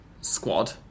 squad